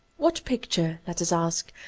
what picture, let us ask,